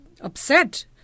upset